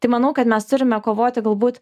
tai manau kad mes turime kovoti galbūt